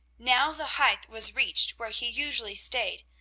now the height was reached where he usually stayed,